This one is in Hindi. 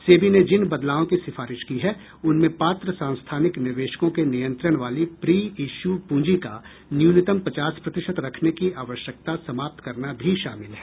सेबी ने जिन बदलावों की सिफारिश की है उनमें पात्र सांस्थानिक निवेशकों के नियंत्रण वाली प्री ईश्यू पूंजी का न्यूनतम पचास प्रतिशत रखने की आवश्यकता समाप्त करना भी शामिल है